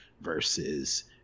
versus